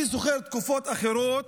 אני זוכר תקופות אחרות,